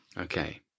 Okay